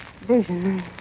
Vision